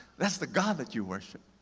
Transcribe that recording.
that's the god that you worship.